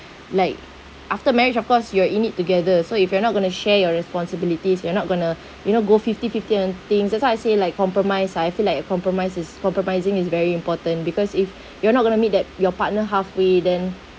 like after marriage of course you're in need together so if you're not going to share your responsibilities you are not going to you know go fifty fifty on things that's why I say like compromise I feel like a compromise is compromising is very important because if you're not going to meet that your partner halfway then